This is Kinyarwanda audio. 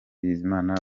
bizimana